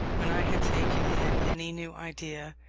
when i had taken in any new idea,